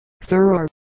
sir